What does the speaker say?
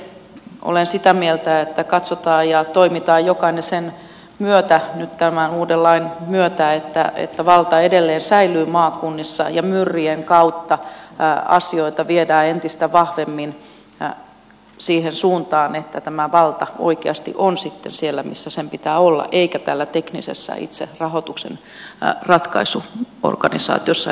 itse olen sitä mieltä että katsotaan ja toimitaan jokainen nyt tämän uuden lain myötä että valta edelleen säilyy maakunnissa ja myrien kautta asioita viedään entistä vahvemmin siihen suuntaan että tämä valta oikeasti on sitten siellä missä sen pitää olla eikä täällä teknisessä itse rahoituksenratkaisuorganisaatiossa eli elyssä